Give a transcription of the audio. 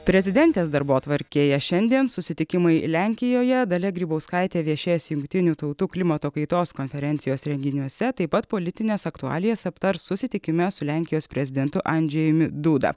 prezidentės darbotvarkėje šiandien susitikimai lenkijoje dalia grybauskaitė viešės jungtinių tautų klimato kaitos konferencijos renginiuose taip pat politines aktualijas aptars susitikime su lenkijos prezidentu andžejumi duda